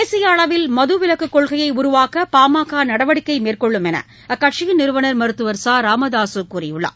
தேசிய அளவில் மதுவிலக்கு கொள்கையை உருவாக்க பாமக நடவடிக்கை மேற்கொள்ளும் என்று அக்கட்சியின் நிறுவனர் மருத்துவர் ச ராமதாசு கூறியுள்ளார்